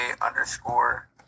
underscore